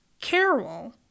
Carol